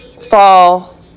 fall